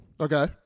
Okay